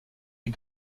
des